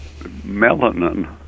melanin